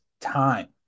time